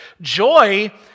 Joy